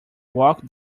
walk